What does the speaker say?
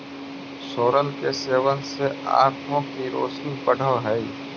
सोरल के सेवन से आंखों की रोशनी बढ़अ हई